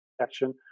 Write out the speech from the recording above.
action